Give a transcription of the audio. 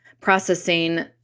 processing